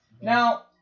Now